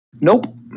nope